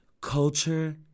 culture